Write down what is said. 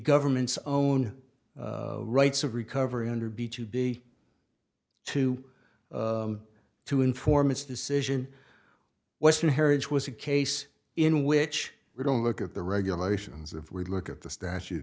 government's own rights of recovery under b to be two to informants decision western heritage was a case in which we don't look at the regulations if we look at the statute